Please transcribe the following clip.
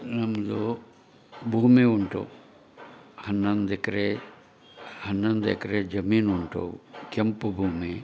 ನಮ್ಮದು ಭೂಮಿ ಉಂಟು ಹನ್ನೊಂದು ಎಕರೆ ಹನ್ನೊಂದು ಎಕರೆ ಜಮೀನು ಉಂಟು ಕೆಂಪು ಭೂಮಿ